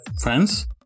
friends